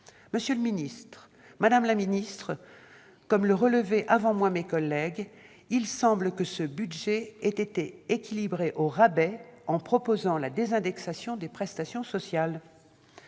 monsieur le secrétaire d'État, comme le relevaient avant moi mes collègues, il semble que ce budget ait été équilibré au rabais en proposant la désindexation des prestations sociales.